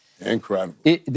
Incredible